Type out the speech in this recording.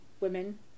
women